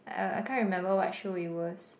uh I can't remember what show it was